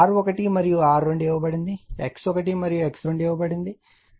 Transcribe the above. కాబట్టి R1 మరియు R2 ఇవ్వబడుతుంది X1 మరియు X2 ఇవ్వబడుతుంది